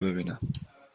ببینم